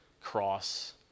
cross